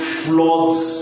floods